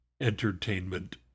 entertainment